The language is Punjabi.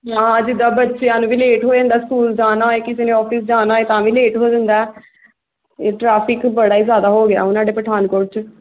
ਹਾਂ ਜਿੱਦਾਂ ਬੱਚਿਆਂ ਨੂੰ ਵੀ ਲੇਟ ਹੋ ਜਾਂਦਾ ਸਕੂਲ ਜਾਣਾ ਹੋਏ ਕਿਸੇ ਨੇ ਔਫਿਸ ਜਾਣਾ ਹੋਏ ਤਾਂ ਵੀ ਲੇਟ ਹੋ ਜਾਂਦਾ ਇਹ ਟਰੈਫਿਕ ਬੜਾ ਹੀ ਜ਼ਿਆਦਾ ਹੋ ਗਿਆ ਹੁਣ ਸਾਡੇ ਪਠਾਨਕੋਟ 'ਚ